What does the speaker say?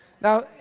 Now